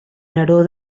neró